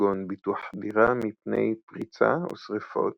כגון ביטוח דירה מפני פריצה או שרפות,